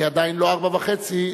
כי עדיין לא 16:30,